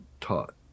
taught